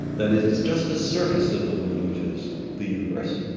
that is, it's just the surface of the balloon which is the universe,